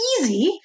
easy